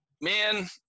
man